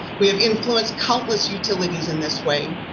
we have influenced countless utilities in this way.